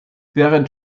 während